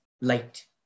light